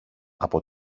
από